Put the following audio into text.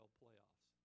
playoffs